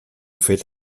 fet